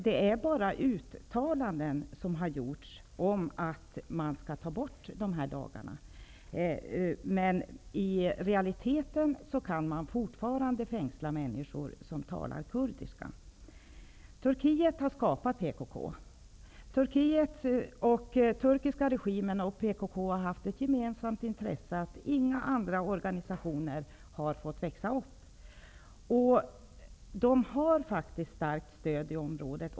Det är bara uttalanden om att man skall ta bort dessa lagar som har gjorts. I realiteten kan man fortfarande fängsla människor som talar kurdiska. Turkiet har skapat PKK. Den turkiska regimen och PKK har haft ett gemensamt intresse av att inga andra organisationer har kunnat växa upp. De har faktiskt ett stark stöd i området.